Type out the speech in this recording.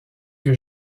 que